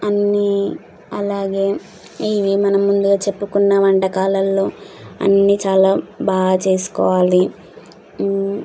అన్నీ అలాగే ఇవి మనం ముందుగా చెప్పుకున్న వంటకాలలో అన్నీ చాలా బాగా చేసుకోవాలి